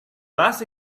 last